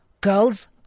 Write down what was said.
girls